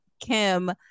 Kim